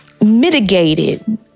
mitigated